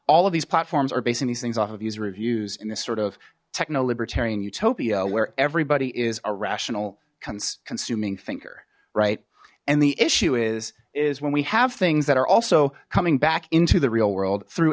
all of these platforms are basing these things off of user reviews in this sort of techno libertarian utopia where everybody is a rational consuming thinker right and the issue is is when we have things that are also coming back into the real world through